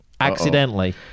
Accidentally